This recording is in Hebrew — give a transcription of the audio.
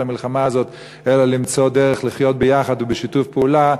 המלחמה הזאת אלא למצוא דרך לחיות ביחד ובשיתוף פעולה,